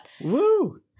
Woo